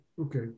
okay